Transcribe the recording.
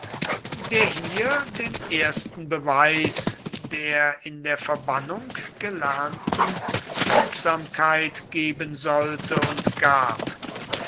der hier den ersten beweis der in der verbannung gelernten fügsamkeit geben sollte und gab